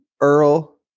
Earl